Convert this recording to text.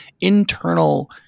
internal